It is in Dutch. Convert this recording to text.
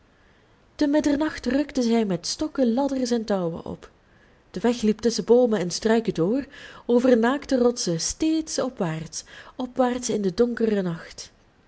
te middernacht rukten zij met stokken ladders en touwen op de weg liep tusschen boomen en struiken door over naakte rotsen steeds opwaarts opwaarts in den donkeren nacht